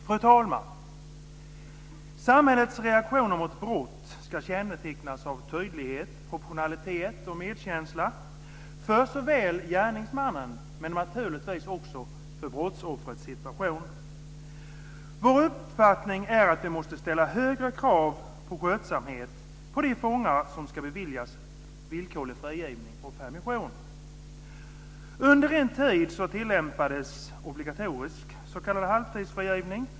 Fru talman! Samhällets reaktioner mot brott ska kännetecknas av tydlighet, proportionalitet och medkänsla för såväl gärningsmannen som brottsoffrens situation. Vår uppfattning är att vi måste ställa högre krav på skötsamhet på de fångar som ska beviljas villkorlig frigivning och permissioner. Under en tid tillämpades obligatorisk s.k. halvtidsfrigivning.